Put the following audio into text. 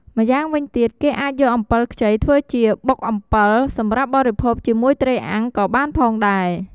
ម្យ៉ាងវិញទៀត គេអាចយកអំពិលខ្ចីធ្វើជាបុកអំពិលសម្រាប់បរិភោគជាមួយត្រីអាំងក៏បានផងដែរ។